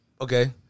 Okay